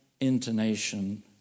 intonation